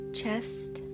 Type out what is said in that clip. chest